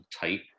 tight